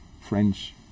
French